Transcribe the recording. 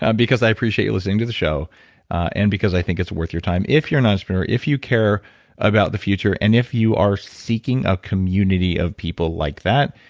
ah because i appreciate you listening to the show and because i think it's worth your time if you're an entrepreneur, if you care about the future, and if you are seeking a community of people like that,